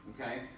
Okay